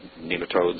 nematodes